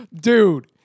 Dude